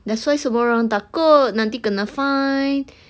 that's why semua orang takut nanti kena fine